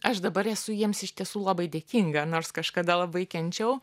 aš dabar esu jiems iš tiesų labai dėkinga nors kažkada labai kenčiau